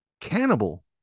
cannibal